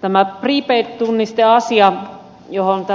tämä prepaid tunnisteasia johon